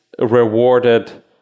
rewarded